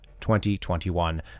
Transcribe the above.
2021